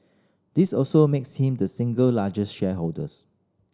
this also makes him the single largest shareholders